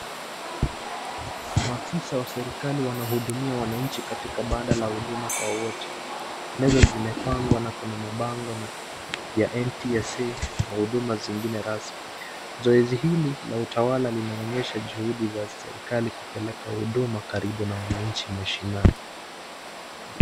Maafisa wa serikali wanahudumia wananchi katika banda la huduma kwa wote. Meza zimepangwa na kuna mabango ya NTSA na huduma zingine rasmi. Zoezi hili la utawala linaonyesha juhudi za serikali kupeleka huduma karibu na wananchi mashinani.